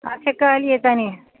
अच्छा कहलिऐ तनि